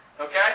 Okay